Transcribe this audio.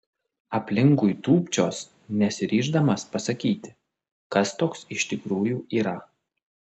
aplinkui tūpčios nesiryždamas pasakyti kas toks iš tikrųjų yra